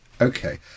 Okay